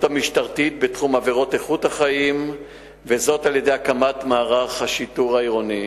המשטרתית בתחום עבירות איכות החיים על-ידי הקמת מערך השיטור העירוני.